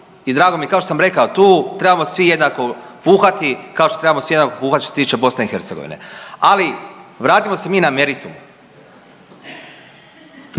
i drago mi je, kao što sam rekao tu trebamo svi jednako puhati, kao što trebamo svi jednako puhati što se tiče BiH, ali vratimo se mi na meritum.